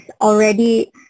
already